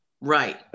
Right